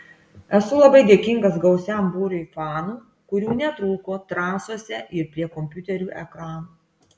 esu labai dėkingas gausiam būriui fanų kurių netrūko trasose ir prie kompiuterių ekranų